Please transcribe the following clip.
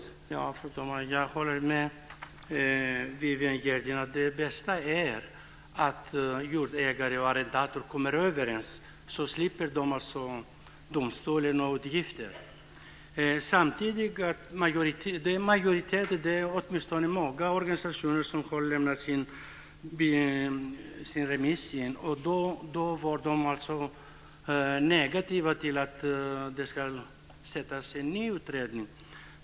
Fru talman! Jag håller med Viviann Gerdin om att det bästa är att jordägare och arrendator kommer överens. Då slipper de domstolsutgifterna. Det är många organisationer som har lämnat in sina remissvar. De var negativa till att det ska tillsättas en ny utredning.